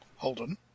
Holden